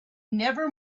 never